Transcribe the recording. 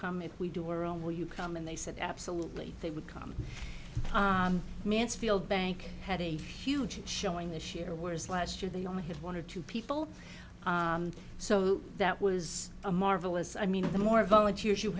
come if we do or own where you come and they said absolutely they would come mansfield bank had a huge showing this year whereas last year they only had one or two people so that was a marvelous i mean the more volunteers you